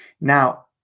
Now